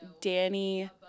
Danny